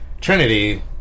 Trinity